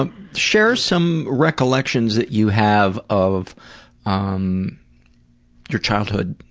ah share some recollections that you have of um your childhood,